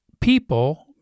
people